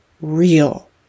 real